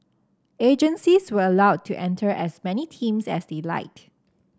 agencies were allowed to enter as many teams as they liked